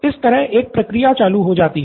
इस तरह एक प्रक्रिया चालू हो जाती है